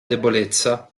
debolezza